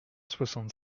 soixante